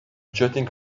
jetting